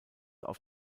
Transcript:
auf